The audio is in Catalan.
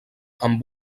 amb